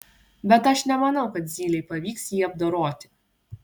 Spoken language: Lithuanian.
bet aš nemanau kad zylei pavyks jį apdoroti